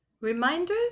Reminder